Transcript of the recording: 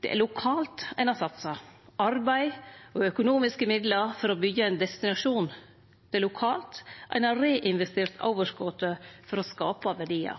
Det er lokalt ein har satsa arbeid og økonomiske midlar for å byggje ein destinasjon, det er lokalt ein har reinvestert overskotet for å skape verdiar.